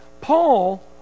Paul